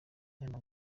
n’aya